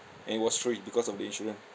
and it was free because of the insurance